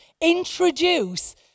introduce